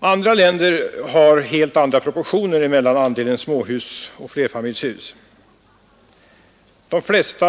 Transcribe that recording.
Andra länder har helt andra proportioner på andelen småhus och andelen flerfamiljshus. De flesta